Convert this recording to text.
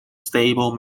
stable